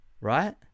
right